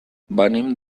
venim